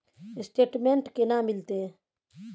Statement केना मिलते?